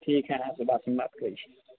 ठीक हइ अहाँसँ बादमे बात करै छी